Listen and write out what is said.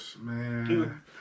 Man